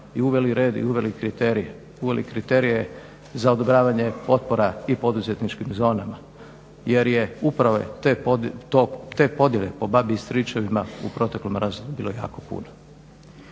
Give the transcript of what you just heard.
i uveli red i uveli kriterije za odobravanje potpora i poduzetničkim zonama jer je upravo te podjele po babi i stričevima u proteklom razdoblju bilo jako puno.